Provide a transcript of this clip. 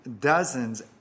dozens